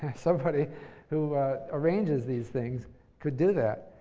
somebody who arranges these things could do that.